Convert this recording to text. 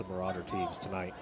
the broader teams tonight